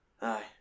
Aye